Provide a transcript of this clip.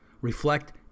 reflect